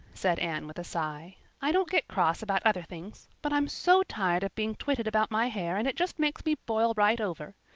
said anne with a sigh. i don't get cross about other things but i'm so tired of being twitted about my hair and it just makes me boil right over.